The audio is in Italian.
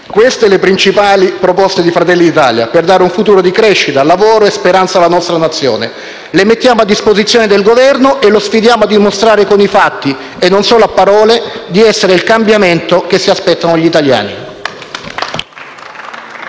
Queste le principali proposte di Fratelli d'Italia per dare un futuro di crescita, lavoro e speranza alla nostra Nazione. Le mettiamo a disposizione del Governo e lo sfidiamo a dimostrare con i fatti, e non solo a parole, di essere quello del cambiamento che si aspettano gli italiani.